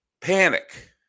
panic